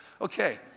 Okay